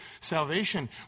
salvation